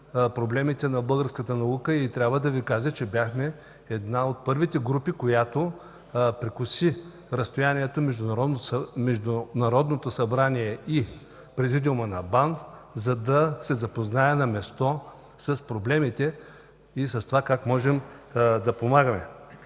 проблемите на българската наука. Трябва да Ви кажа, че бяхме една от първите групи, която прекоси разстоянието между Народното събрание и Президиума на БАН, за да се запознае на място с проблемите и с това, как можем да помагаме.